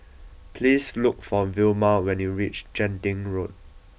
please look for Vilma when you reach Genting Road